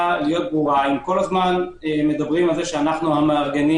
כל הזמן מדברים על זה שאנחנו המארגנים